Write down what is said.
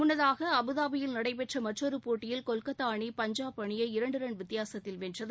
முன்னதாக அபுதாபியில் நடைபெற்ற மற்றொரு போட்டியில் கொல்கத்தா அணி பஞ்சாப் அணியை இரண்டு ரன் வித்தியாசத்தில் வென்றது